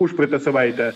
užpraeitą savaitę